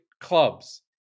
Clubs